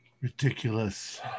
ridiculous